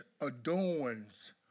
adorns